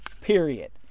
period